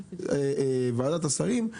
לגבי עמדת ועדת השרים,